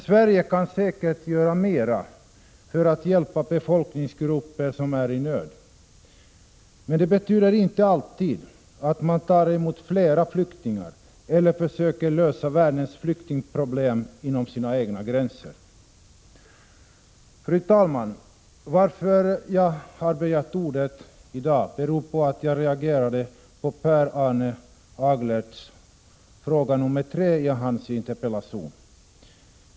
Sverige kan säkert göra mera för att hjälpa befolkningsgrupper som är i nöd, men det betyder inte alltid att man tar emot flera flyktingar eller försöker lösa världens flyktingproblem inom sina egna gränser. Anledningen till att jag har begärt ordet i dag, fru talman, är att jag reagerade på fråga nr 3 i Per Arne Aglerts interpellation.